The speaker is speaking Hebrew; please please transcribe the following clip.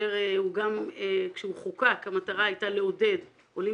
כאשר גם כשהוא חוקק המטרה הייתה לעודד עולים